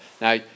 Now